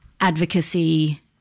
advocacy